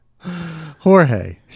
Jorge